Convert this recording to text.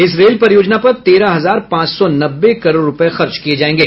इस रेल परियोजना पर तेरह हजार पांच सौ नब्बे करोड़ रूपये खर्च किये जायेंगे